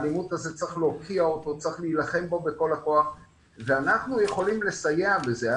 צריך להוקיע אותה ולהילחם בה בכל הכוח ואנחנו יכולים לסייע בזה,